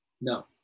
No